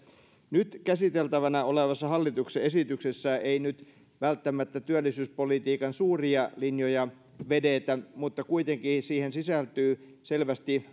nyt käsiteltävänä olevassa hallituksen esityksessä ei nyt välttämättä työllisyyspolitiikan suuria linjoja vedetä mutta kuitenkin siihen sisältyy selvästi